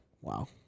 Wow